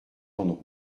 andrew